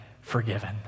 forgiven